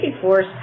Force